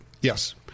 yes